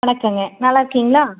வணக்கங்க நல்லாருக்கீங்களா